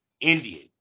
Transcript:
Indian